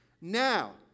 now